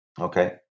Okay